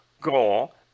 goal